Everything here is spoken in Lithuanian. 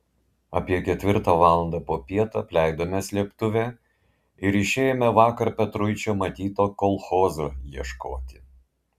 apie ketvirtą valandą popiet apleidome slėptuvę ir išėjome vakar petruičio matyto kolchozo ieškoti